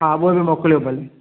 हा उहे बि मोकिलियो भले